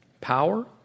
power